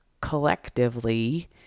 collectively